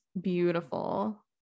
beautiful